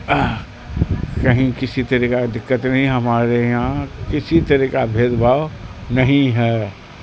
کہیں کسی طرح کا دقت نہیں ہمارے یہاں کسی طرح کا بھید بھاؤ نہیں ہے